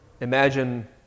imagine